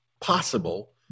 possible